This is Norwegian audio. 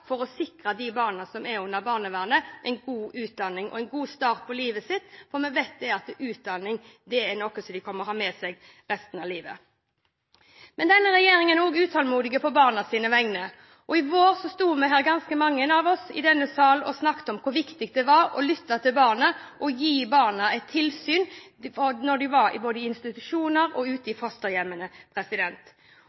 for å sikre de barna som er under barnevernet, en god utdanning og en god start på livet sitt. For vi vet at utdanning er noe de kommer til å ha med seg resten av livet. Men denne regjeringen er også utålmodig på barnas vegne. I vår sto vi her, ganske mange av oss, i denne sal og snakket om hvor viktig det var å lytte til barna og gi barna tilsyn både når de var i institusjon og i